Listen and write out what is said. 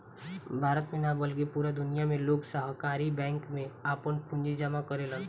भारत में ना बल्कि पूरा दुनिया में लोग सहकारी बैंक में आपन पूंजी जामा करेलन